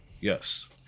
Yes